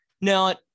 No